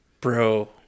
Bro